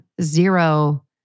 zero